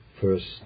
first